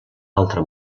altra